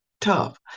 tough